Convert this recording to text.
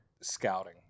scouting